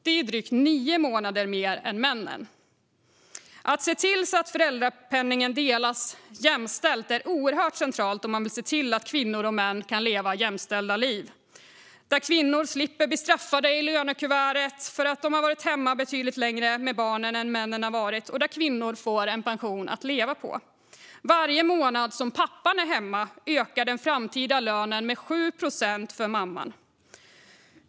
Det är drygt nio månader mer än männen. Att se till att föräldrapenningen delas jämställt är oerhört centralt om man vill se till att kvinnor och män kan leva jämställda liv - där kvinnor slipper bli straffade i lönekuvertet för att de varit hemma betydligt längre med barnen än vad männen varit och där kvinnor får en pension som går att leva på. Varje månad som pappan är hemma ökar den framtida lönen med 7 procent för mamman.